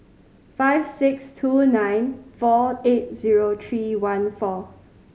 five six two nine four eight zero three one four